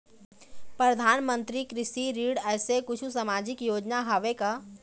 परधानमंतरी कृषि ऋण ऐसे कुछू सामाजिक योजना हावे का?